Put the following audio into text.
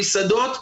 במסעדות,